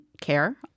care